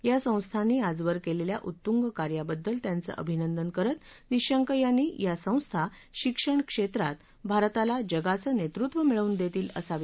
या संस्थांनी आजवर केलेल्या उत्तुंग कार्याबद्दल त्यांचं अभिनंदन करत निशंक यांनी या संस्था शिक्षणक्षेत्रात भारताला जगाचं नेतृत्व मिळवून देतील असा विश्वास व्यक्त केला